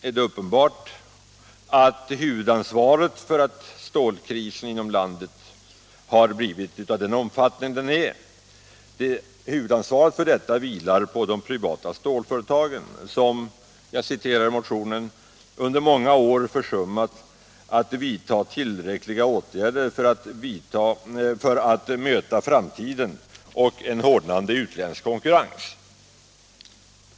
är det uppenbart att huvudansvaret för att stålkrisen i landet har fått den omfattning den har vilar på de privata stålföretagen som ”under många år har försummat att vidta tillräckliga åtgärder för att möta framtiden och en hårdnande utländsk konkurrens”.